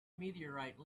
meteorite